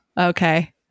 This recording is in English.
Okay